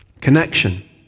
connection